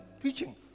preaching